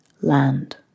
land